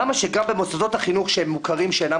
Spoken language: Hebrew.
למה שגם במוסדות החינוך שהם מוכרים שאינם